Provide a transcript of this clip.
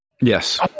Yes